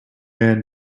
man